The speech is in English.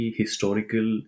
historical